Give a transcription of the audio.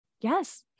Yes